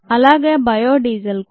అలాగే biodiesel కూడా